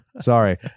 Sorry